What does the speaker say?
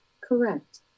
Correct